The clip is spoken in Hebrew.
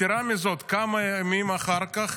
יתרה מזאת, כמה ימים אחר כך